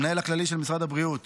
המנהל הכללי של משרד הבריאות